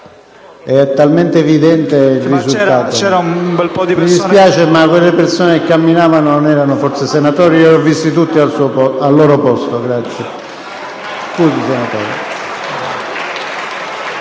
è talmente evidente il risultato! Mi dispiace, ma quelle persone che camminavano non erano forse senatori. Li ho visti tutti seduti al